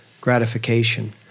gratification